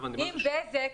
מה זה שוק?